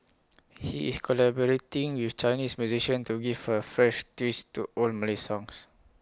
he is collaborating with Chinese musician to give A fresh twist to old Malay songs